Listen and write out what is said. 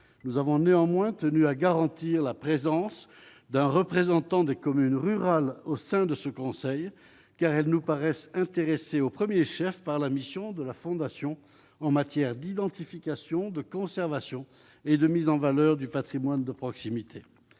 nous avons néanmoins tenu à garantir la présence d'un représentant des communes rurales au sein de ce conseil, car elles nous paraissent intéressés au 1er chef par la mission de la fondation en matière d'identification de conservation et de mise en valeur du Patrimoine de proximité,